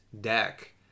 deck